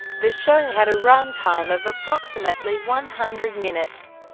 the show had a run-time of approximately one hundred minutes,